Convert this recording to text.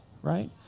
right